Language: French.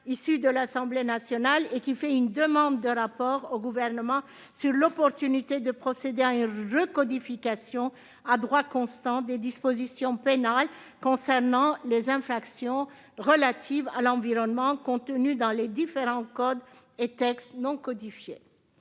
de l'Assemblée nationale, qui prévoit la remise au Parlement d'un rapport du Gouvernement sur l'opportunité de procéder à une recodification à droit constant des dispositions pénales concernant les infractions relatives à l'environnement prévues dans les différents codes et textes non codifiés.